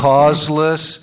causeless